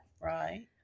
Right